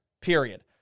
period